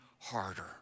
harder